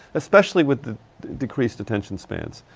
especially with the decreased attention spans.